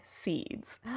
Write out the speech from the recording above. seeds